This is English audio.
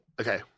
Okay